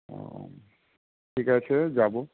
ও ঠিক আছে যাবো